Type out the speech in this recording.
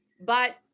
but-